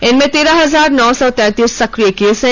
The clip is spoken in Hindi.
इनमें तेरह हजार नौ सौ तैंतीस सक्रिय केस हैं